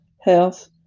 health